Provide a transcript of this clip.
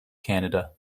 canada